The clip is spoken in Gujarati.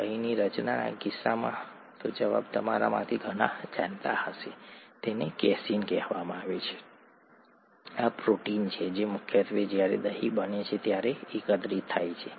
દહીંની રચનાના કિસ્સામાં જવાબ તમારામાંથી ઘણા જાણતા હશે તેને કેસીન કહેવામાં આવે છે આ પ્રોટીન છે જે મુખ્યત્વે જ્યારે દહીં બને છે ત્યારે એકત્ર થાય છે